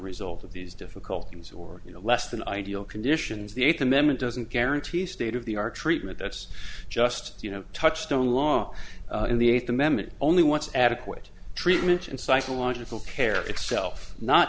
result of these difficulties or you know less than ideal conditions the eighth amendment doesn't guarantee state of the our treatment that's just you know touchstone law in the eighth amendment only once adequate treatment and psychological care itself not